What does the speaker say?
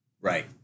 Right